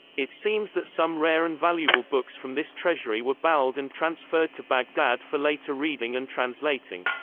it seems that some rare and valuable books from this treasury were baled and transferred to baghdad for later reading and translating.